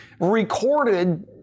recorded